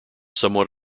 somewhat